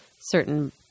certain